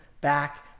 back